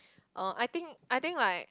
oh I think I think like